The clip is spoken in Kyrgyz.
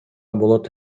болот